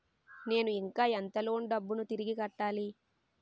నేను ఇంకా ఎంత లోన్ డబ్బును తిరిగి కట్టాలి?